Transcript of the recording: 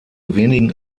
wenigen